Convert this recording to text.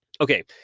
Okay